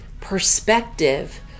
Perspective